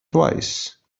twice